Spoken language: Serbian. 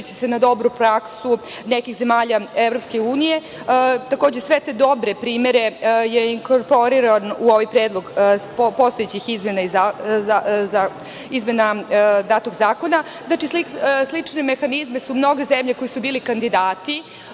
na dobru praksu nekih zemalja EU. Takođe, sve te dobre primere je inkorporirano u ovaj predlog postojećih izmena datog zakona. Znači, slični mehanizmi su mnoge zemlje koji su bili kandidati